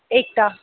एकता